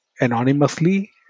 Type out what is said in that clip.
anonymously